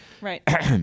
Right